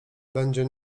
będzie